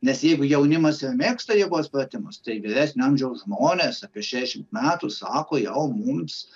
nes jeigu jaunimas ir mėgsta jėgos pratimus tai vyresnio amžiaus žmonės apie šešiasdešimt metų sako jau mums